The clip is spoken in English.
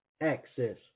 access